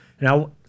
Now